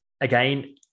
Again